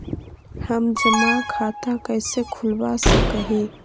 हम जमा खाता कैसे खुलवा सक ही?